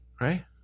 Right